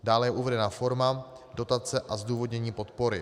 Dále je uvedena forma dotace a zdůvodnění podpory.